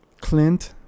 clint